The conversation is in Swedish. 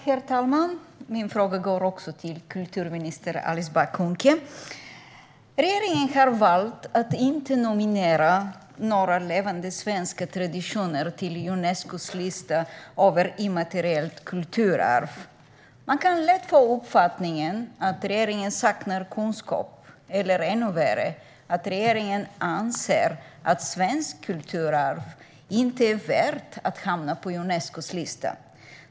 Herr talman! Min fråga går också till kultur och demokratiminister Alice Bah Kuhnke. Regeringen har valt att inte nominera några levande svenska traditioner till Unescos lista över immateriellt kulturarv. Man kan lätt få uppfattningen att regeringen saknar kunskap eller, ännu värre, att regeringen anser att svenskt kulturarv inte är värt att hamna på Unescos lista.